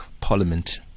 parliament